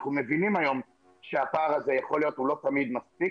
אנחנו מבינים היום שהפער הזה לא תמיד מספיק,